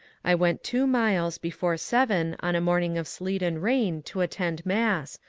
i went two miles before seven on a morning of sleet and rain to attend mass,